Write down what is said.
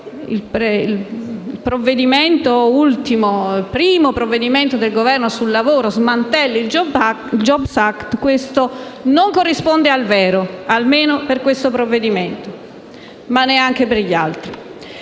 il primo provvedimento del Governo sul lavoro smantella il *jobs act* - non corrisponde al vero, almeno per questo provvedimento; ma neanche per gli altri.